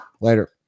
Later